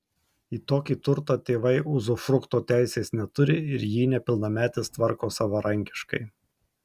į tokį turtą tėvai uzufrukto teisės neturi ir jį nepilnametis tvarko savarankiškai